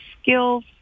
skills